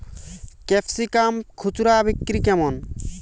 Capsicum খুচরা বিক্রি কেমন?